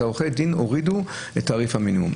אצל עורכי דין הורידו את תעריף המינימום.